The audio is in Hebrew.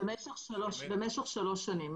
במשך שלוש שנים,